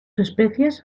especies